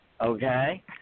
okay